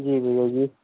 जी भैया जी